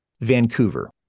Vancouver